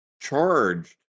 charged